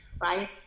right